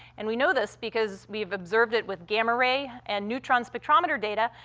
and we know this because we have observed it with gamma ray and neutron spectrometer data,